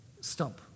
stump